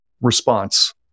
response